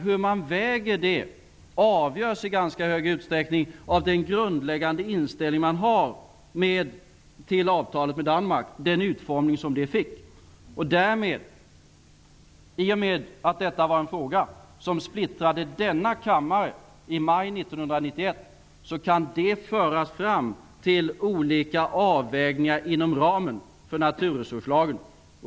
Hur man väger det avgörs dock i ganska stor utsträckning av den grundläggande inställning man har till avtalet med Danmark och den utformning som det fick. I och med att detta var en fråga som splittrade denna kammare i maj 1991, kan det föras fram till olika avvägningar inom ramen för naturresurslagen.